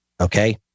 Okay